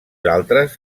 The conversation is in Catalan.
altres